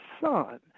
son